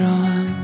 on